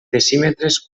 decímetres